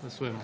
Glasujemo.